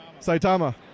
Saitama